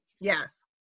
yes